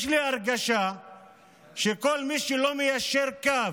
יש לי הרגשה שכל מי שלא מיישר קו